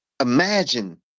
Imagine